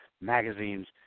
magazines